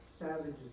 savages